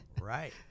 right